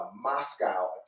Moscow